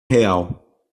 real